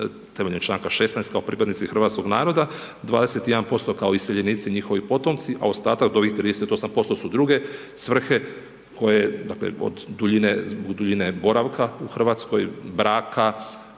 temeljem članka 16 kao pripadnici hrvatskog naroda, 21% kao iseljenici, njihovi potomci a ostatak od ovih 38% su druge svrhe koje dakle od duljine boravka u Hrvatskoj, braka,